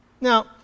Now